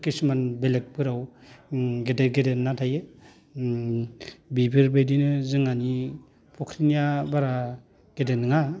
खिसुमान बेलेगफोराव गेदेर गेदेर ना थायो बेफोरबायदिनो जोंहानि फख्रिनिया बारा गेदेर नङा